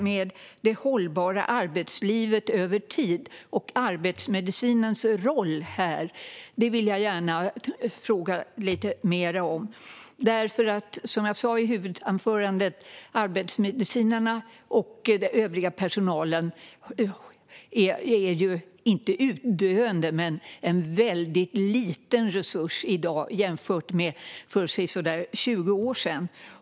Men det hållbara arbetslivet över tid och arbetsmedicinens roll vill jag gärna fråga lite mer om. Som jag sa i huvudanförandet är arbetsmedicinarna och den övriga personalen visserligen inte utdöende men en väldigt liten resurs i dag jämfört med för sisådär 20 år sedan.